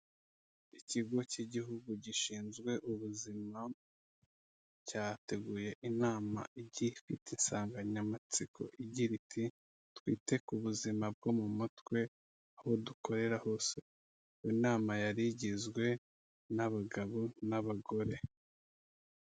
Ikigo cy'igihugu gishinzwe ubuzima cyateguye inama ifite insanganyamatsiko igira iti :"Twite ku buzima bwo mu mutwe aho dukorera hose." Inama yari igizwe n'abagabo n'abagore.